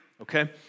Okay